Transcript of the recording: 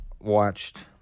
watched